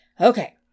Okay